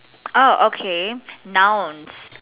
oh okay nouns